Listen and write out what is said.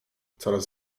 coraz